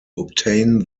obtain